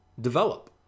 develop